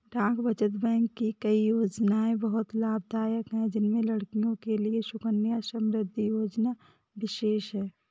डाक बचत बैंक की कई योजनायें बहुत लाभदायक है जिसमें लड़कियों के लिए सुकन्या समृद्धि योजना विशेष है